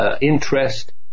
interest